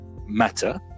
matter